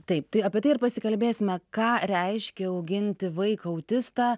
taip tai apie tai ir pasikalbėsime ką reiškia auginti vaiką autistą